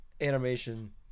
animation